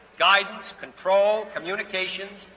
guidance, control, communications,